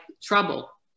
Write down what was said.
trouble